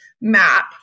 map